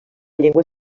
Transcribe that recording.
llengua